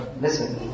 listen